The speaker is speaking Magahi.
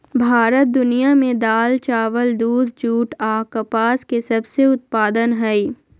भारत दुनिया में दाल, चावल, दूध, जूट आ कपास के सबसे उत्पादन हइ